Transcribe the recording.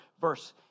verse